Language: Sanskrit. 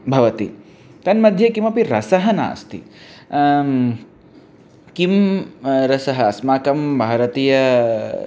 भवति तन्मध्ये किमपि रसः नास्ति किं रसः अस्माकं भारतीय